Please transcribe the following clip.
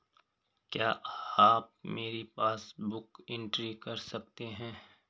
क्या आप मेरी पासबुक बुक एंट्री कर सकते हैं?